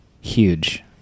huge